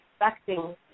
expecting